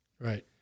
Right